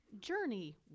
Journey